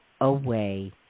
away